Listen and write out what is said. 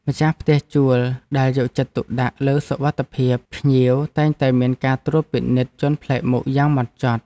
ម្ចាស់ផ្ទះជួលដែលយកចិត្តទុកដាក់លើសុវត្ថិភាពភ្ញៀវតែងតែមានការត្រួតពិនិត្យជនប្លែកមុខយ៉ាងហ្មត់ចត់។